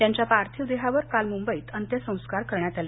यांच्या पार्थिव देहावर काल मुंबईत अंत्यसंस्कार करण्यात आले